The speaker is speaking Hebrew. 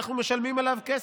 אנחנו משלמים עליו כסף,